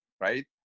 right